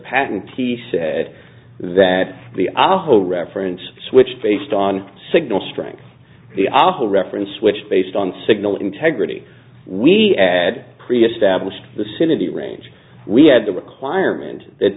patentee said that the aho reference switched based on signal strength the awful reference which based on signal integrity we had pre established the city range we had the requirement that